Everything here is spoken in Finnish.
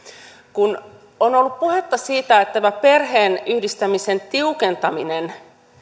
kun on ollut puhetta siitä että tämä perheenyhdistämisen tiukentaminen